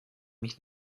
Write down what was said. mich